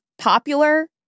popular